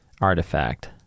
artifact